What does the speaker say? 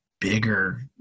bigger